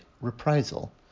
reprisal